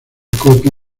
copia